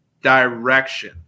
direction